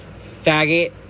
faggot